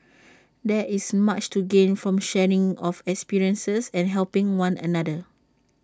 there is much to gain from sharing of experiences and helping one another